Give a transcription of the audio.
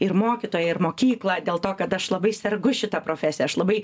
ir mokytoją ir mokyklą dėl to kad aš labai sergu šita profesija aš labai